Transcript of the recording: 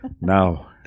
Now